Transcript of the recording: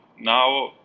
Now